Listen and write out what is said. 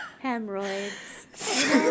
hemorrhoids